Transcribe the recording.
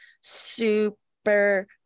super